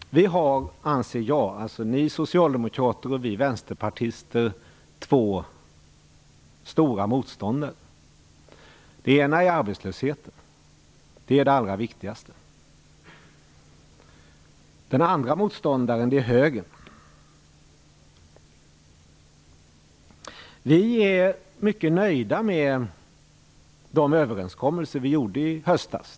Jag anser att vi - ni socialdemokrater och vi vänsterpartister - har två stora motståndare. Den ena motståndaren är arbetslösheten - den är allra viktigast. Den andra motståndaren är högern. Vi vänsterpartister är mycket nöjda med de överenskommelser vi gjorde med Socialdemokraterna i höstas.